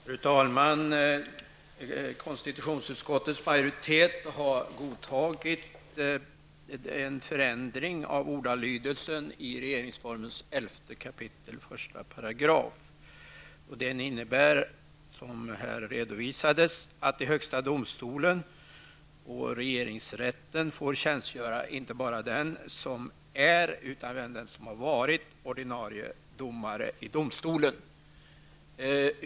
Fru talman! Konstitutionsutskottets majoritet har godtagit en förändring av ordalydelsen i RF 11 kap. 1§, som innebär, vilket här har redovisats, att i högsta domstolen och i regeringsrätten får tjänstgöra inte bara den som är, utan även den som varit ordinarie domare i domstolen.